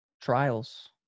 trials